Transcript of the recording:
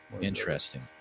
Interesting